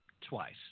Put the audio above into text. twice